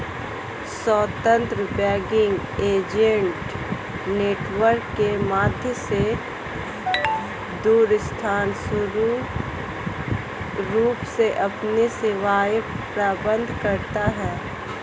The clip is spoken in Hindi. स्वतंत्र बैंकिंग एजेंट नेटवर्क के माध्यम से दूरस्थ रूप से अपनी सेवाएं प्रदान करता है